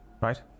Right